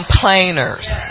complainers